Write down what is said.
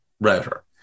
router